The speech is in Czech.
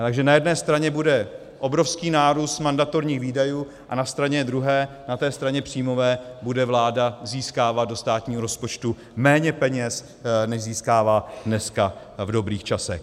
Takže na jedné straně bude obrovský nárůst mandatorních výdajů a na straně druhé, na té straně příjmové, bude vláda získávat do státního rozpočtu méně peněz, než získává dneska v dobrých časech.